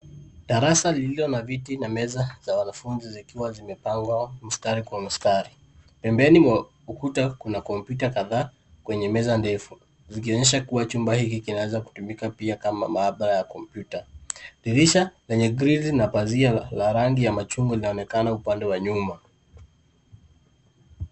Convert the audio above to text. Darasa lililo na viti na meza, za wanafunzi zikiwa zimepangwa mstari kwa mstari, pembeni mwa, ukuta kuna kompyuta kadhaa, kwenye meza ndefu, zikionyesha kuwa chumba hiki kinaeza kutumika pia kama maabara ya kompyuta, dirisha, lenye grili na pazia la rangi ya machungwa linaonekana upande wa nyuma.